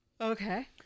Okay